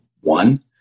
one